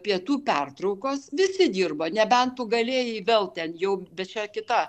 pietų pertraukos visi dirbo nebent tu galėjai vėl ten jau bet čia kita